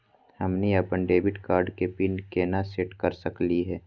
हमनी अपन debit card के पीन केना सेट कर सकली हे?